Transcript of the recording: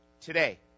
today